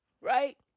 Right